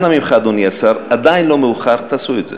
אנא ממך, אדוני השר, עדיין לא מאוחר, תעשו את זה.